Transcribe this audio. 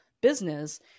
business